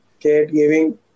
caregiving